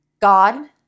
God